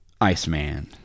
Iceman